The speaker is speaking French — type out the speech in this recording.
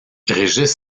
régis